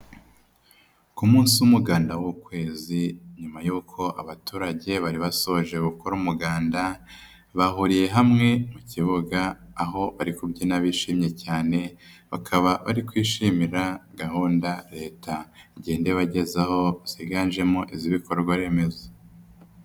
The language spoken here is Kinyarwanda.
Ku munsi w'umuganda w'ukwezi nyuma yuko abaturage bari basoje gukora umuganda bahuriye hamwe mu kibuga aho bari kubyina bishimye cyane, bakaba bari kwishimira gahunda Leta igende ibagezaho ziganjemo iz'ibikorwaremezo.